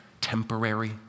Temporary